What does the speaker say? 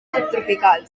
subtropicals